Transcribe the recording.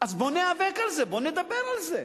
אז בוא ניאבק על זה, בוא נדבר על זה.